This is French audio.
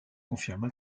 confirma